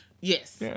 Yes